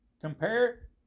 Compare